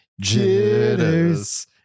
jitters